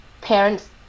parents